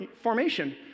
formation